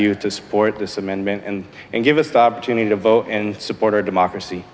you to support this amendment and and give us opportunity to vote and support our democracy